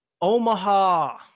Omaha